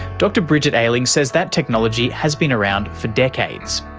dr bridget ailing says that technology has been around for decades,